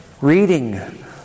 reading